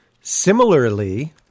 similarly